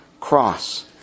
cross